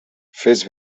fes